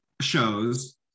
shows